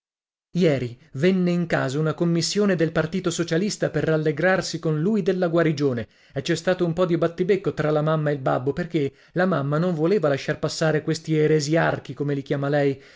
ieri venne in casa una commissione del partito socialista per rallegrarsi con lui della guarigione e c'è stato un po di battibecco tra la mamma e il babbo perché la mamma non voleva lasciar passare questi eresiarchi come li chiama lei